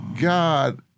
God